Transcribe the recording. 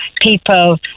people